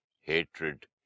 hatred